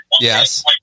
Yes